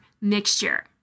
mixture